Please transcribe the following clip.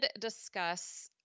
discuss